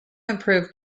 improved